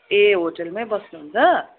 ए होटेलमा बस्नु हुन्छ